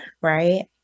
right